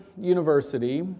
University